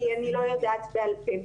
כי אני לא יודעת בעל פה.